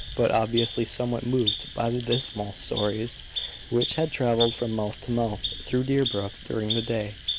but obviously somewhat moved by the dismal stories which had travelled from mouth to mouth through deerbrook during the day.